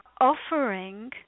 offering